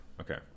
Okay